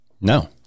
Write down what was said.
no